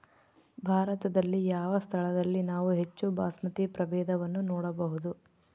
ಭಾರತದಲ್ಲಿ ಯಾವ ಸ್ಥಳದಲ್ಲಿ ನಾವು ಹೆಚ್ಚು ಬಾಸ್ಮತಿ ಪ್ರಭೇದವನ್ನು ನೋಡಬಹುದು?